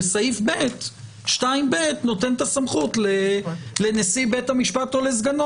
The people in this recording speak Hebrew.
וסעיף 2(ב) נותן את הסמכות לנשיא בית המשפט או לסגנו